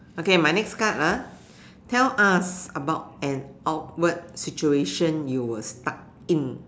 okay my next card lah tell us about an awkward situation you were stuck in